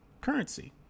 Currency